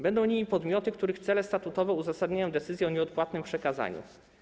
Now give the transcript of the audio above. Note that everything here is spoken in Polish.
Będą nimi podmioty, których cele statutowe uzasadniają decyzję o nieodpłatnym przekazaniu.